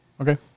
Okay